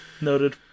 Noted